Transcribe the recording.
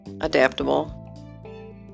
adaptable